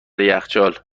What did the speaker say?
یخچال